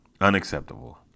Unacceptable